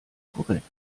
korrekt